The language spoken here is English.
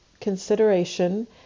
consideration